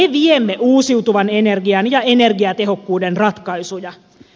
me viemme uusiutuvan energian ja energiatehokkuuden ratkaisuja